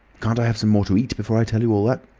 can't i have some more to eat before i tell you all that?